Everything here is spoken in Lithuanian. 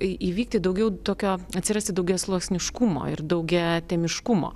įvykti daugiau tokio atsirasti daugiasluoksniškumo ir daugiatemiškumo